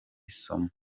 isomo